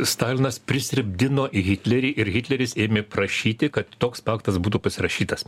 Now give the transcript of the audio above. stalinas prisirpdino hitlerį ir hitleris ėmė prašyti kad toks paktas būtų pasirašytas